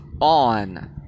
on